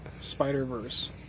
Spider-Verse